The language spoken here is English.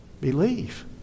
Believe